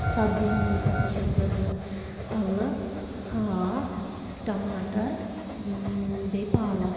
سبزی منٛز ہسا چھَس بہٕ رَنان اَلہٕ ہاکھ ٹماٹَر بیٚیہِ پالَک